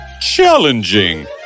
challenging